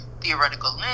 theoretical